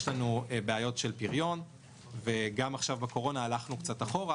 יש לנו בעיות של פריון ועכשיו בקורונה הלכנו קצת אחורה.